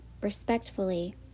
respectfully